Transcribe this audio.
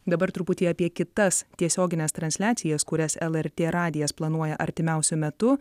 dabar truputį apie kitas tiesiogines transliacijas kurias lrt radijas planuoja artimiausiu metu